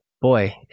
boy